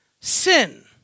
sin